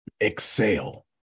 exhale